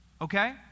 Okay